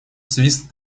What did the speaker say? свист